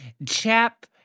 chap